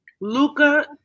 Luca